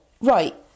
right